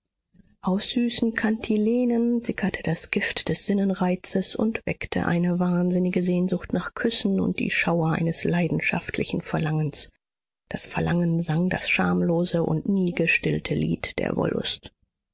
aus süßen kantilenen sickerte das gift des sinnenreizes und weckte eine wahnsinnige sehnsucht nach küssen und die schauer eines leidenschaftlichen verlangens das verlangen sang das schamlose und nie gestillte lied der wollust